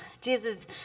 Jesus